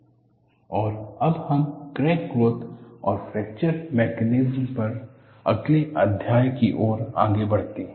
crack growth and fracture mechanism और अब हम क्रैक ग्रोथ और फ्रैक्चर मैकेनिज्म पर अगले अध्याय की ओर आगे बढ़ते हैं